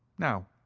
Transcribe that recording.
now,